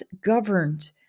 governed